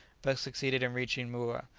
but succeeded in reaching moura.